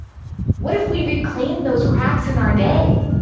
what if we reclaimed those cracks in our day?